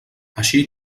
així